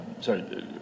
sorry